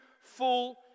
full